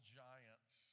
giants